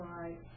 right